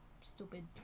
stupid